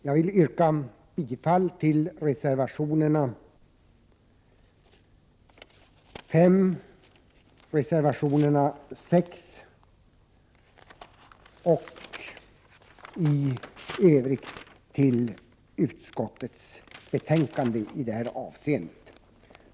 Jag yrkar bifall till reservationerna 5 och 6 och i övrigt till utskottets hemställan.